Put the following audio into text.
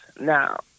now